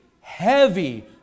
heavy